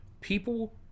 people